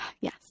Yes